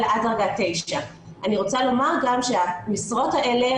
אלא עד דרגה 9. אני רוצה לומר גם שהמשרות האלה,